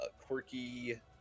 quirky